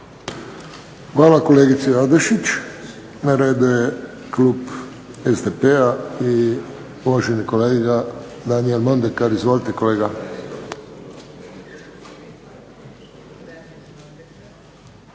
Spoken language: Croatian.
Hvala kolegici Adlešić. Na redu je klub SDP-a i uvaženi kolega Daniel Mondekar. Izvolite kolega.